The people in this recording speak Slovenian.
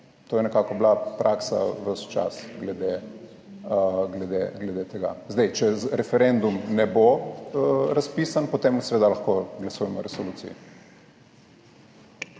To je bila praksa ves čas glede tega. Če referendum ne bo razpisan, potem seveda lahko glasujemo o resoluciji.